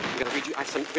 gonna read you off some,